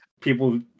people